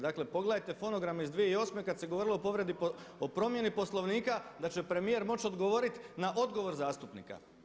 Dakle, pogledajte fonograme iz 2008. kada se govorilo o povredi Poslovnika, promjeni Poslovnika da će premijer moći odgovorit na odgovor zastupnika.